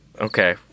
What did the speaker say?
Okay